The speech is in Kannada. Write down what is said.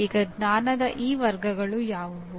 ಈಗ ಜ್ಞಾನದ ಈ ವರ್ಗಗಳು ಯಾವುವು